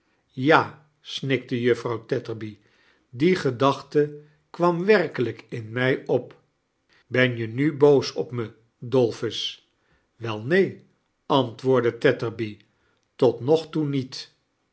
ja snikte juffrouw tetterby diegedachte kwam werkelijk in mij op bern je nu boos op me dolphus wel neen antwoordde tetterby tot nog toe niet